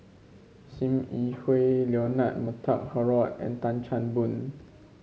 Sim Yi Hui Leonard Montague Harrod and Tan Chan Boon